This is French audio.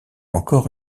encore